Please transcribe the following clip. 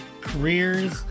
careers